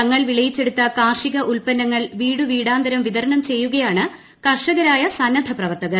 തങ്ങൾ വിളയിച്ചെടുത്ത കാർഷിക ഉൽപന്നങ്ങൾ വീടുവീടാന്തരം വിതരണം ചെയ്യുകയാണ് കർഷകരായ സന്നദ്ധ പ്രവർത്തകർ